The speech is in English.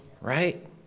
right